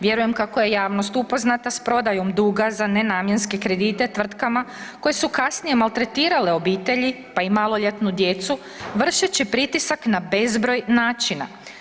Vjerujem kako je javnost upoznata s prodajom duga za nenamjenske kredite tvrtkama koje su kasnije maltretirale obitelji, pa i maloljetnu djecu, vršeći pritisak na bezbroj načina.